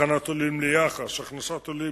הכנת עולים ליח"ש, יחידות שדה,